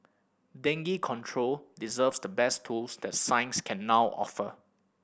dengue control deserves the best tools that science can now offer